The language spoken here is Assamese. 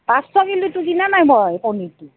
পাঁচশ কিলোটো কিনা নাই মই পনীৰটো